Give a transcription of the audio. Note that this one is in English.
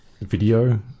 Video